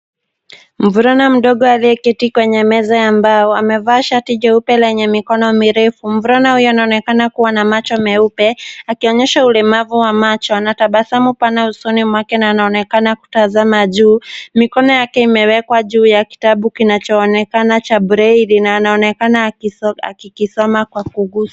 Mvulana mdogo aliyeketi kwenye meza ya mbao, amevaa shati jeupe lenye mikono mirefu. Mvulana huyo anaonekana kuwa na macho meupe, akionyesha ulemavu wa macho. Ana tabasamu pana usoni mwake na anaonekana kutazama juu, mikono yake imewekwa juu ya kitabu kinachoonekana cha braille na anaonekana akitoka, akikisoma kwa kugusa.